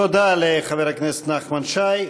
תודה לחבר הכנסת נחמן שי.